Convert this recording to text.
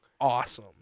Awesome